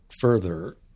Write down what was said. further